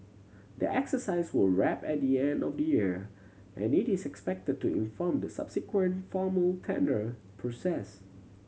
the exercise will wrap at the end of the year and it is expected to inform the subsequent formal tender process